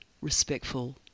respectful